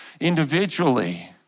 individually